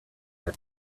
had